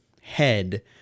head